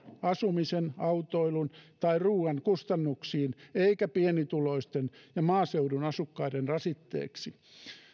asumisen autoilun tai ruuan kustannuksiin eikä sälytetä pienituloisten ja maaseudun asukkaiden rasitteeksi